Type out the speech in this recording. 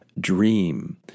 dream